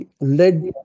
led